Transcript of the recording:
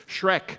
Shrek